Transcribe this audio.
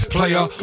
Player